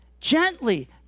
gently